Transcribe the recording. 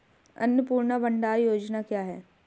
अन्नपूर्णा भंडार योजना क्या है?